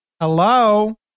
Hello